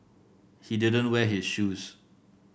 he didn't wear his shoes